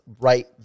right